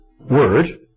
word